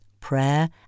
prayer